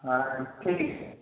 ہاں ٹھیک ہے